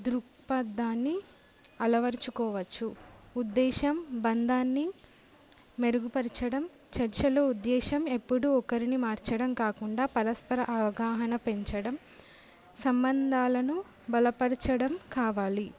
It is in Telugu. దృక్పథాన్ని అలవరుచుకోవచ్చు ఉద్దేశం బంధాన్ని మెరుగుపరచడం చర్చలో ఉద్దేశం ఎప్పుడు ఒకరిని మార్చడం కాకుండా పరస్పర అవగాహన పెంచడం సంబంధాలను బలపరచడం కావాలి